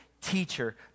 teacher